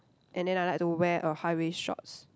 and then I like to wear a high waist shorts